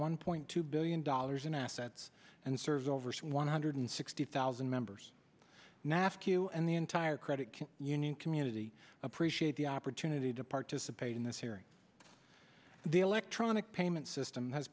one point two billion dollars in assets and serves over one hundred sixty thousand members now ask you and the entire credit union community appreciate the opportunity to participate in this hearing the electronic payment system has